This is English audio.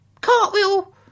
Cartwheel